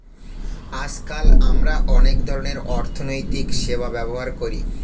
আজকাল আমরা অনেক ধরনের অর্থনৈতিক সেবা ব্যবহার করি